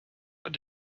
what